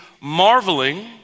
marveling